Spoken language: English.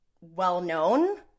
well-known